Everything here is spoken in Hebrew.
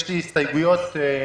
יש לי שתי הסתייגויות לחוק